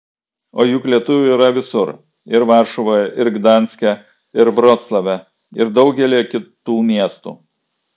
o juk lietuvių yra visur ir varšuvoje ir gdanske ir vroclave ir daugelyje kitų miestų